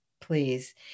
please